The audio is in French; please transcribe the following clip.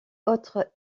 autres